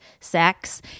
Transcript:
sex